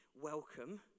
welcome